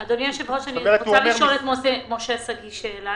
אני רוצה לשאול את משה שגיא שאלה.